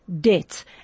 debts